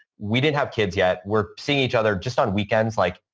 we didn't have kids yet. we're seeing each other just on weekends, like,